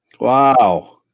Wow